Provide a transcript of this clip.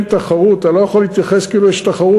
אם אין תחרות אתה לא יכול להתייחס כאילו יש תחרות,